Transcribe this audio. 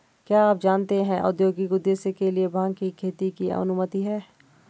क्या आप जानते है औद्योगिक उद्देश्य के लिए भांग की खेती की अनुमति है?